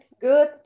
good